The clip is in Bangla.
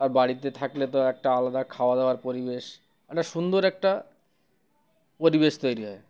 আর বাড়িতে থাকলে তো একটা আলাদা খাওয়া দাওয়ার পরিবেশ একটা সুন্দর একটা পরিবেশ তৈরি হয়